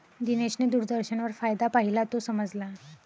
दिनेशने दूरदर्शनवर फायदा पाहिला, तो समजला